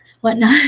whatnot